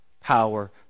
power